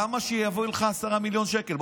למה שיבואו לך 10 מיליון שקלים?